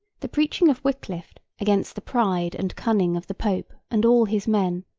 the preaching of wickliffe against the pride and cunning of the pope and all his men,